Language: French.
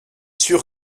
sûr